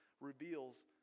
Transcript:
reveals